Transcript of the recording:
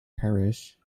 parish